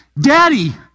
Daddy